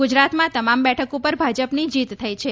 ગુજરાતમાં તમામ બેઠક પર ભાજપની જીત થઇ છે